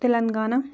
Telangana